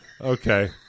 Okay